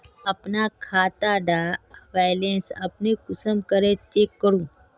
अपना खाता डार बैलेंस अपने कुंसम करे चेक करूम?